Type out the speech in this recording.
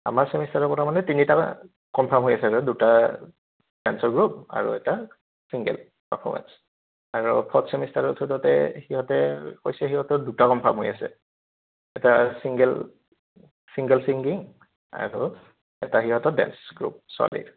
আমাৰ ছেমিষ্টাৰৰ পৰা মানে তিনিটা কনফাৰ্ম হৈ আছে দুটা ডান্সৰ গ্ৰুপ আৰু এটা ছিংগল পাৰ্ফমেন্স আৰু ফৰ্থ ছেমিষ্টাৰৰ মুঠতে সিহঁতে কৈছে সিহঁতৰ দুটা কনফাৰ্ম হৈ আছে এটা ছিংগল ছিংগল ছিংগিং আৰু এটা সিহঁতৰ ডেন্স গ্ৰুপ ছোৱালীৰ